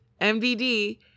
MVD